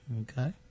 Okay